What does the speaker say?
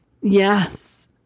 Yes